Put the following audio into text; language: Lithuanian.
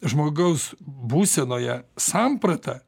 žmogaus būsenoje sampratą